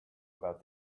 about